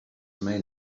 may